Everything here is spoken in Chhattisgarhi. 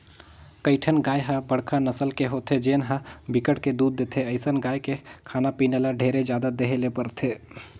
कइठन गाय ह बड़का नसल के होथे जेन ह बिकट के दूद देथे, अइसन गाय के खाना पीना ल ढेरे जादा देहे ले परथे